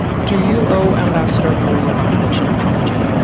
do you owe ambassador maria von eviction apology?